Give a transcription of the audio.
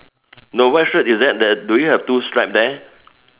no what shirt is that do you have two stripe there